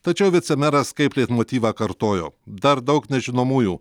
tačiau vicemeras kaip leitmotyvą kartojo dar daug nežinomųjų